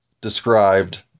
described